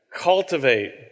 cultivate